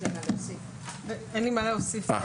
אין לי מה להוסיף.